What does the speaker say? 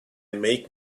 make